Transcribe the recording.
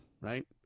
right